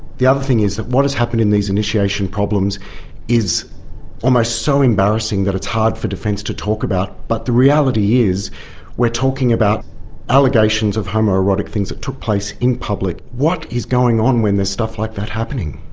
the other thing is that what has happened in these initiation problems is almost so embarrassing that it's hard for defence to talk about, but the reality is we are talking about allegations of homoerotic things that took place in public. what is going on when there's stuff like that happening?